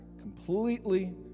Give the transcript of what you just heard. completely